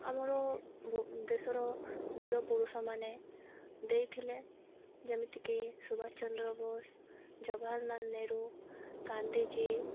ଆମର ଦେଶର ବୀର ପୁରୁଷମାନେ ଦେଇଥିଲେ ଯେମିତିକି ସୁଭାଷ ଚନ୍ଦ୍ର ବୋଷ ଜବାହାରନାଲ ନେହରୁ ଗାନ୍ଧୀଜୀ